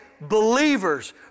believers